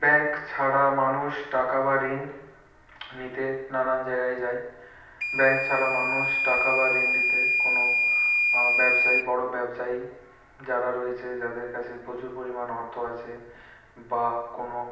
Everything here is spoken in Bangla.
ব্যাংক ছাড়া মানুষ টাকা বা ঋণ নিতে নানান জায়গায় যায় ব্যাংক ছাড়া মানুষ টাকা বা ঋণ দিতে কোনো ব্যবসায়ী বড় ব্যবসায়ী যারা রয়েছে যাদের কাছে প্রচুর পরিমাণ অর্থ আছে বা কোনো